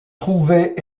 trouver